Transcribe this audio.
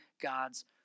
God's